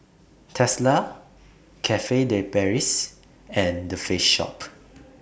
Tesla Cafe De Paris and The Face Shop